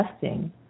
testing